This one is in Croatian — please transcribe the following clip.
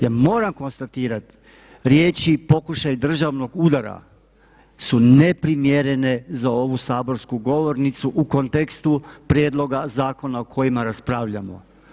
Ja moram konstatirati riječi "pokušaj državnog udara" su neprimjerene za ovu saborsku govornicu u kontekstu prijedloga zakona o kojima raspravljamo.